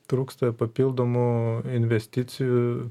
trūksta papildomų investicijų